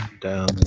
down